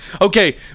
Okay